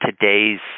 today's